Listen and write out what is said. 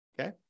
okay